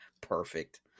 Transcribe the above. Perfect